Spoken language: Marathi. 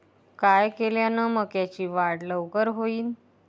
काय केल्यान मक्याची वाढ लवकर होईन?